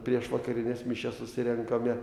prieš vakarines mišias susirenkame